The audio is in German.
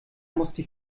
musste